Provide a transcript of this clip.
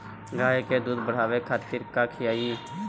गाय के दूध बढ़ावे खातिर का खियायिं?